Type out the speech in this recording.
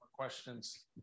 Questions